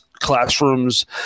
classrooms